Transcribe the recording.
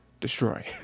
destroy